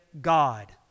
God